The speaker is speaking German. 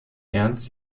ernst